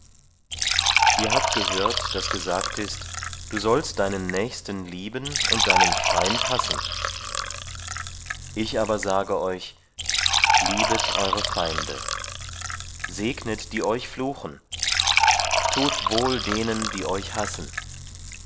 ihr habt gehört daß gesagt ist du sollst deinen nächsten lieben und deinen feind hassen ich aber sage euch liebet eure feinde segnet die euch fluchen tut wohl denen die euch hassen